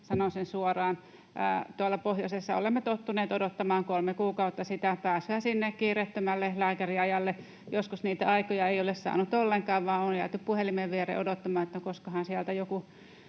sanon sen suoraan. Tuolla pohjoisessa olemme tottuneet odottamaan kolme kuukautta sitä, että pääsee sinne kiireettömälle lääkäriajalle. Joskus niitä aikoja ei ole saanut ollenkaan, vaan on jääty puhelimen viereen odottamaan, että koskahan sieltä jonkun